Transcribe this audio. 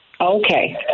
Okay